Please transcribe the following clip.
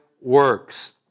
works